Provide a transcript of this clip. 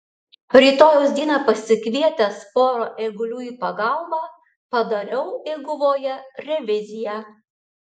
rytojaus dieną pasikvietęs pora eigulių į pagalbą padariau eiguvoje reviziją